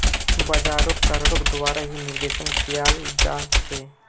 बाजारोक सरकारेर द्वारा ही निर्देशन कियाल जा छे